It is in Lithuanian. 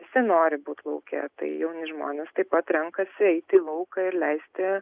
visi nori būt lauke tai jauni žmonės taip pat renkasi eiti į lauką ir leisti